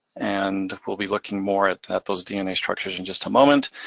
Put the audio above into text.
and we'll be looking more at at those dna structures in just a moment,